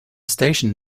station